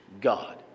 God